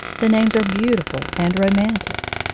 the names are beautiful and ro mantic.